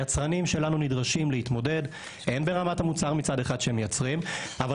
היצרנים שלנו נדרשים להתמודד הן מצד אחד ברמת המוצר שהם מייצרים אבל